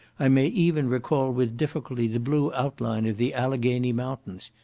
i may even recall with difficulty the blue outline of the alleghany mountains,